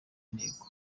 ntego